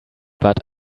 but